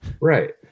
Right